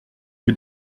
que